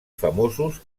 famosos